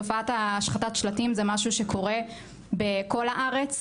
תופעת השחתת השלטים זה משהו שקורה בכול הארץ,